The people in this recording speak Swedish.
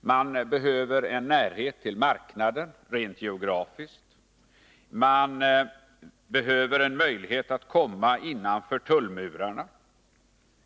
Man behöver en närhet till marknaden rent geografiskt. Man behöver komma innanför tullmurarna